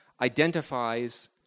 identifies